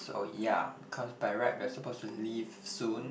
so ya cause by right we are suppose to leave soon